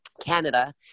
canada